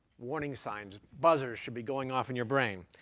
warning signs buzzers should be going off in your brain.